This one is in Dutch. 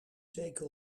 zeker